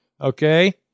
Okay